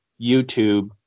YouTube